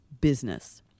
business